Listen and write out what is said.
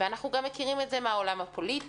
אנחנו גם מכירים את זה מהעולם הפוליטי,